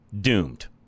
doomed